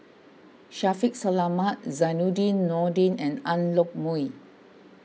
Shaffiq Selamat Zainudin Nordin and Ang Yoke Mooi